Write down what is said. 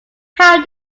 how